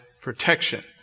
protection